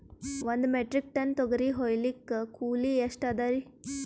ಒಂದ್ metric ton ತೊಗರಿ ಹೋಯಿಲಿಕ್ಕ ಕೂಲಿ ಎಷ್ಟ ಅದರೀ?